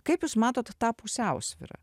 kaip jūs matot tą pusiausvyrą